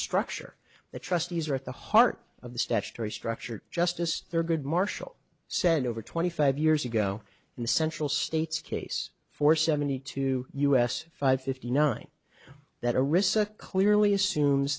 structure the trustees are at the heart of the statutory structure justice thurgood marshall said over twenty five years ago in the central states case for seventy two us five fifty nine that a recess clearly assumes